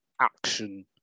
action